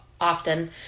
often